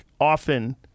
often